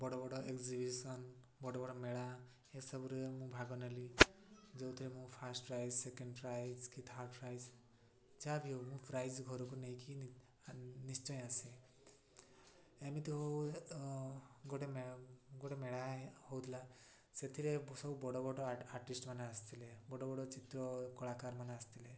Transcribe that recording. ବଡ଼ ବଡ଼ ଏକ୍ସିବିସନ୍ ବଡ଼ ବଡ଼ ମେଳା ଏସବୁରେ ମୁଁ ଭାଗ ନେଲି ଯେଉଁଥିରେ ମୁଁ ଫାଷ୍ଟ ପ୍ରାଇଜ୍ ସେକେଣ୍ଡ ପ୍ରାଇଜ୍ କି ଥାର୍ଡ଼ ପ୍ରାଇଜ୍ ଯାହା ବି ହଉ ମୁଁ ପ୍ରାଇଜ୍ ଘରକୁ ନେଇକି ନିଶ୍ଚୟ ଆସେ ଏମିତି ହଉ ଗୋଟିଏ ଗୋଟିଏ ମେଳା ହଉଥିଲା ସେଥିରେ ସବୁ ବଡ଼ ବଡ଼ ଆର୍ଟିଷ୍ଟ ମାନେ ଆସିଥିଲେ ବଡ଼ ବଡ଼ ଚିତ୍ର କଳାକାରମାନେ ଆସିଥିଲେ